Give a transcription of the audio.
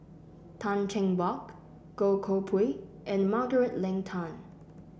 Tan Cheng Bock Goh Koh Pui and Margaret Leng Tan